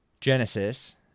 Genesis